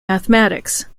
mathematics